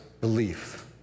belief